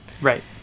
Right